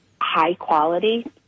high-quality